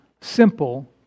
simple